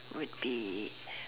would be